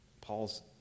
Paul's